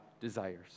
desires